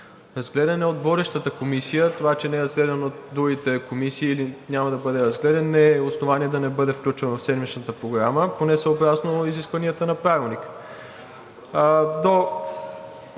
разгледан е от водещата комисия. Това, че не е разгледан от другите комисии или няма да бъде разгледан, не е основание да не бъде включен в седмичната Програма, поне съобразно изискванията на Правилника.